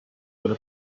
will